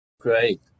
Great